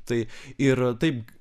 tai ir taip